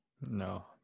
No